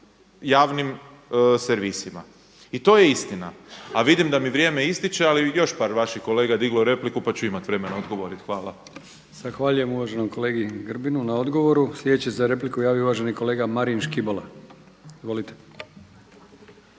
I to je istina. A vidim da mi vrijeme ističe, ali još par kolega je diglo repliku, pa ću imati vremena odgovoriti. Hvala. **Brkić, Milijan (HDZ)** Zahvaljujem uvaženom kolegi Grbinu na odgovoru. Sljedeći za repliku se javio uvaženi kolega Marin Škibola. Izvolite.